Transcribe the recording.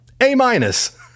A-minus